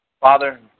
Father